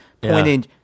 pointing